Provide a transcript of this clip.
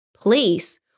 place